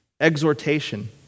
exhortation